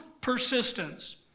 persistence